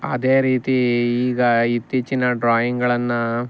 ಅದೇ ರೀತಿ ಈಗ ಇತ್ತೀಚಿನ ಡ್ರಾಯಿಂಗ್ಗಳನ್ನು